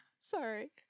Sorry